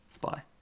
Bye